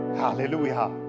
hallelujah